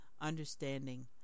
understanding